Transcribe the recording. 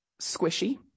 squishy